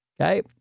Okay